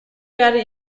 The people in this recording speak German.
werde